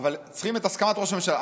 אבל צריכים את הסכמת ראש הממשלה.